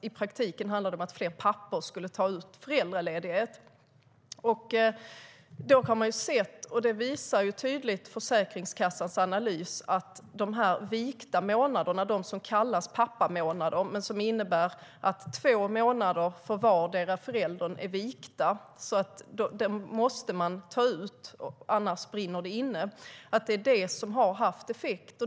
I praktiken handlar det om att fler pappor skulle ta ut föräldraledighet. Försäkringskassans analys visar tydligt att de vikta månaderna - de kallas pappamånader, men de innebär att två månader är vikta för vardera föräldern och måste tas ut för att inte brinna inne - har haft effekt.